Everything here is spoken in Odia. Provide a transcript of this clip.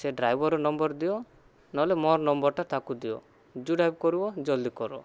ସେ ଡ୍ରାଇଭର୍ର ନମ୍ୱର ଦିଅ ନହେଲେ ମୋର ନମ୍ୱର୍ଟା ତାକୁ ଦିଅ ଯେଉଁଟା କରିବ ଜଲଦି କର